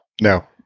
No